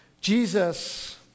Jesus